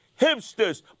Hipsters